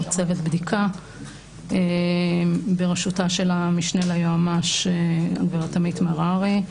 צוות בדיקה בראשותה של המשנה ליועמ"ש עמית מררי.